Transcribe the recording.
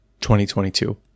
2022